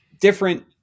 different